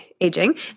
aging